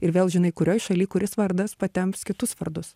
ir vėl žinai kurioj šaly kuris vardas patemps kitus vardus